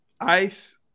ice